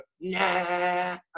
nah